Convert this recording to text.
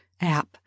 App